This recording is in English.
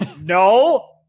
no